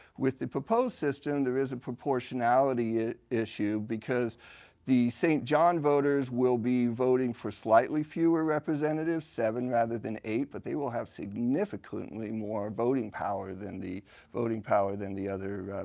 with the proposed system, there is a proportionality ah issue. because st. john voters will be voting for slightly fewer representatives, seven rather than eight. but they will have significantly more voting power than the voting power than the other